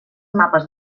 mapes